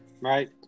right